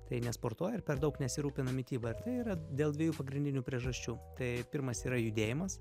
tai nesportuoja ir per daug nesirūpina mityba ir tai yra dėl dviejų pagrindinių priežasčių tai pirmas yra judėjimas